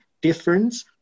difference